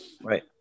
Right